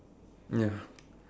ya